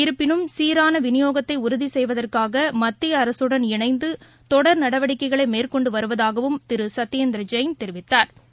இருப்பினும் சீரானவிநியோகத்தைஉறுதிசெய்வதற்காகமத்தியஅரசுடன் இணைந்துதொடர் நடவடிக்கைகளைமேற்கொண்டுவருவதாகவும் திருசத்யேந்திரஜெயின் தெரிவித்தாா்